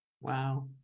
Wow